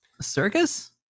Circus